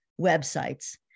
websites